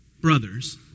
Brothers